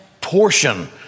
portion